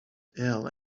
ill